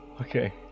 okay